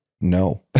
No